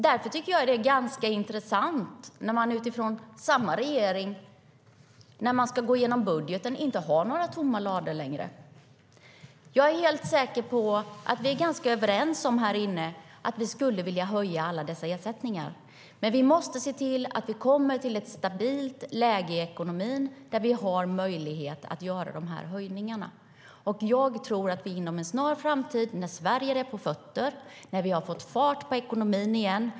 Därför tycker jag att det är intressant när samma regering vid en genomgång av budgeten inte längre har tomma lador. Jag är helt säker på att vi är överens i kammaren att vi skulle vilja höja alla dessa ersättningar, men vi måste se till att vi kommer till ett stabilt läge i ekonomin som gör det möjligt att göra dessa höjningar. Jag tror att Sverige inom en snar framtid kommer att vara på fötter och att vi då har fått fart på ekonomin igen.